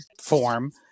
form